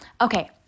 Okay